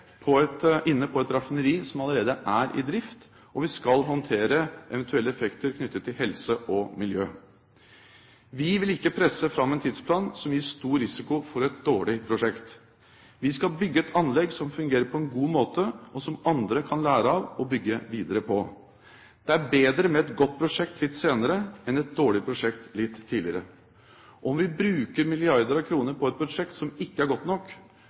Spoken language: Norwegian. inne på et raffineri som allerede er i drift, og vi skal håndtere eventuelle effekter knyttet til helse og miljø. Vi vil ikke presse fram en tidsplan som gir stor risiko for et dårlig prosjekt. Vi skal bygge et anlegg som fungerer på en god måte, og som andre kan lære av og bygge videre på. Det er bedre med et godt prosjekt litt senere enn et dårlig prosjekt litt tidligere. Om vi bruker milliarder av kroner på et prosjekt som ikke er godt nok,